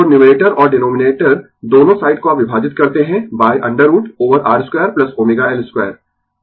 तो न्यूमरेटर और डीनोमिनेटर दोनों साइड को आप विभाजित करते है √ over R 2ω L 2 R 2ω L22 v